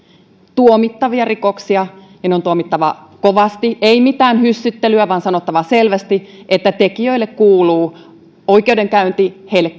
tuomittavia rikoksia ja ne on tuomittava kovasti ei mitään hyssyttelyä vaan on sanottava selvästi että tekijöille kuuluu oikeudenkäynti heille